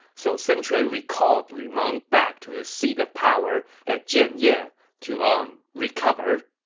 so sun quan recalled lu meng back to his seat of power at jianye to, umm, recover.